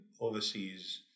overseas